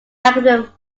algorithm